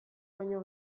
baino